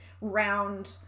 round